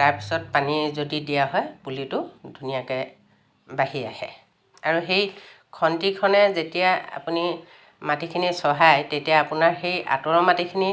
তাৰপিছত পানী যদি দিয়া হয় পুলিটো ধুনীয়াকৈ বাঢ়ি আহে আৰু সেই খন্তিখনে যেতিয়া আপুনি মাটিখিনি চহায় তেতিয়া আপোনাৰ সেই আঁতৰৰ মাটিখিনি